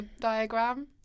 diagram